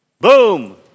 boom